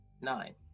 nine